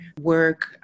work